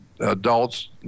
Adults